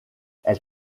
elle